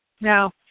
Now